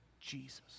Jesus